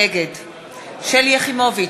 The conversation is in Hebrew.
נגד שלי יחימוביץ,